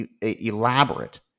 elaborate